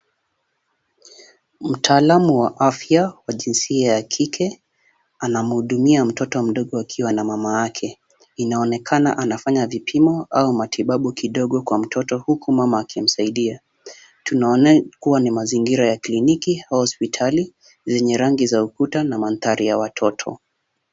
Mtaalamu wa afya wa jinsia ya kike, anamhudumia mtoto mdogo akiwa na mama yake. Inaonekana anafanya vipimo au matibabu kidogo kwa mtoto huku mama akimsaidia. Tunaona kuwa ni mazingira ya kliniki au hospitali zenye rangi za ukuta na mandhari ya watoto.